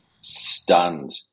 stunned